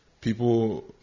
people